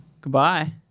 Goodbye